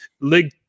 league